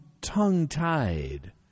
tongue-tied